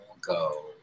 go